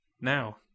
Now